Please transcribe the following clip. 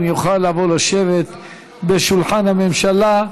אם יוכל לבוא לשבת בשולחן הממשלה.